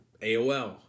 AOL